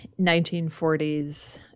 1940s